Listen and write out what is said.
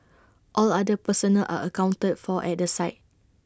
all other personnel are accounted for at the site